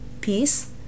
peace